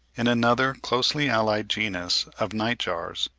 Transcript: in another closely-allied genus of night-jars,